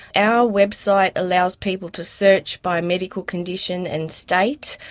our website allows people to search by medical condition and state.